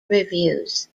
reviews